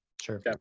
Sure